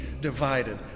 divided